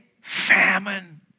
famine